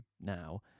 now